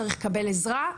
צריך לקבל עזרה,